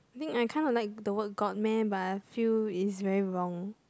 think I kind of like the word got meh but feel it's very wrong